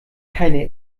keine